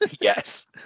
Yes